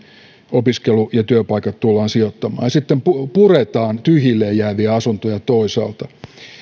opiskelu ja työpaikat tullaan sijoittamaan ja sitten puretaan tyhjilleen jääviä asuntoja toisaalla